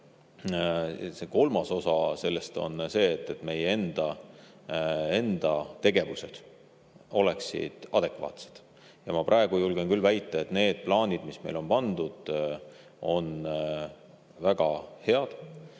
Ja kolmas osa sellest on see, et meie enda tegevused oleksid adekvaatsed. Ma praegu julgen küll väita, et need plaanid, mis meil on pandud, on väga head.